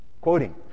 quoting